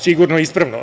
Sigurno je ispravno.